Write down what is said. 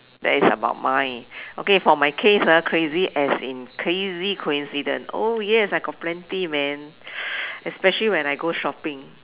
that is about mine okay for my case ah crazy as in crazy coincidence oh yes I got plenty man especially when I go shopping